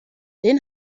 den